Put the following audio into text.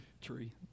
Tree